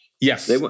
Yes